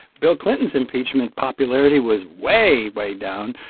bill clinton's impeachment popularity was way, way down.